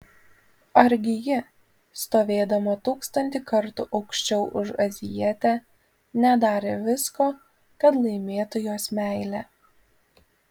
argi ji stovėdama tūkstantį kartų aukščiau už azijietę nedarė visko kad laimėtų jos meilę